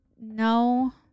No